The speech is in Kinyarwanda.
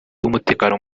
w’umutekano